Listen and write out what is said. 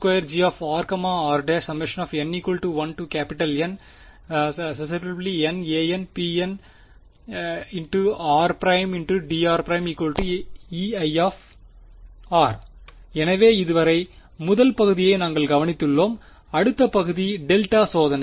n1Nanpn V2k0 2grrn1N χnanpnrdrEi எனவே இதுவரை முதல் பகுதியை நாங்கள் கவனித்துள்ளோம் அடுத்த பகுதி டெல்டா சோதனை